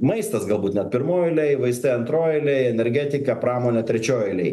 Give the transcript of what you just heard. maistas galbūt net pirmoj eilėj vaistai antroj eilėj energetika pramonė trečioj eilėj